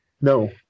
No